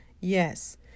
Yes